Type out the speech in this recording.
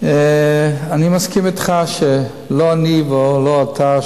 אני מסכים אתך שלא אני ולא אתה,